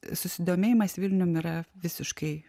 susidomėjimas vilnium yra visiškai